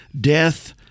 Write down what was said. death-